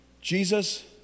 Jesus